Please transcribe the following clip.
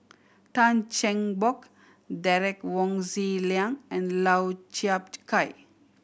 Tan Cheng Bock Derek Wong Zi Liang and Lau Chiap Khai